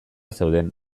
zeuden